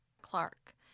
Clark